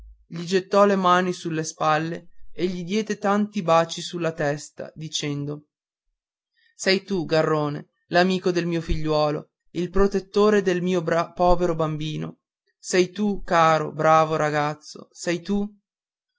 gli gettò le mani sulle spalle e gli diede tanti baci sulla testa dicendo sei tu garrone l'amico del mio figliuolo il protettore del mio povero bambino sei tu caro bravo ragazzo sei tu